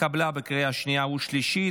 התקבלה בקריאה שנייה ושלישית,